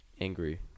angry